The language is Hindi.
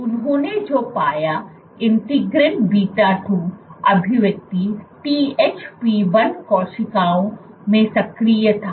तो उन्होंने जो पाया इंटीग्रिन β2 अभिव्यक्ति THP1 कोशिकाओं में सक्रिय था